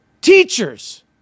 teachers